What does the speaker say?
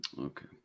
Okay